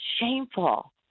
shameful